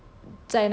那个 male lead